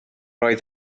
oedd